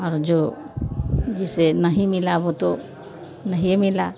और जो जिसे नहीं मिला वो तो नहीं मिला